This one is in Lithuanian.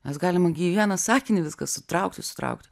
mes galim gi į vieną sakinį viską sutraukti sutraukti